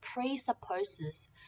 presupposes